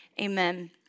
Amen